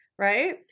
right